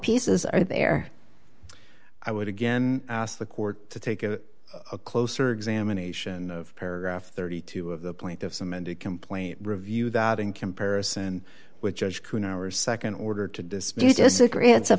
pieces are there i would again ask the court to take a closer examination of paragraph thirty two of the point of some and a complaint review that in comparison with judge kuhn our nd order to dismiss disagree it's a